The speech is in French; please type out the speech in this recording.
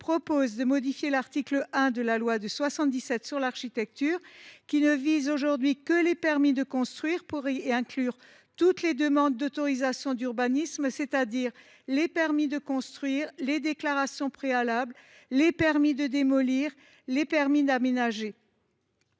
de modifier l’article 1 de la loi de 1977 sur l’architecture, qui ne vise actuellement que les permis de construire, pour y inclure toutes les demandes d’autorisation d’urbanisme, c’est à dire les permis de construire, les déclarations préalables, les permis de démolir, les permis d’aménager.